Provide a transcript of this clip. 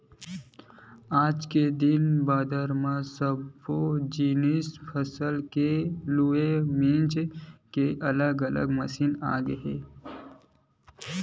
आज के दिन बादर म सब्बो जिनिस फसल के लूए मिजे के अलगे अलगे मसीन आगे हे